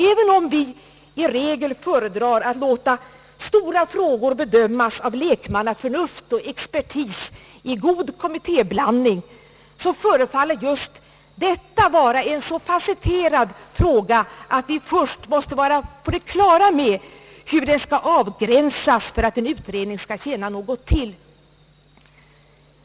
även om vi i regel föredrar att låta stora frågor bedömas av lekmannaförnuft och expertis i god kommittéblandning, förefaller just detta vara en så facetterad fråga att vi först måste vara på det klara med hur den skall avgränsas för att en utredning skall tjäna något till.